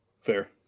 Fair